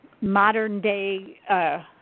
modern-day –